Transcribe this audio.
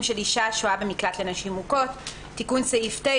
של אישה השוהה במקלט לנשים מוכות) תיקון סעיף 9,